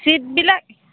ছিটবিলাক